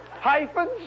hyphens